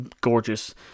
gorgeous